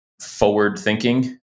forward-thinking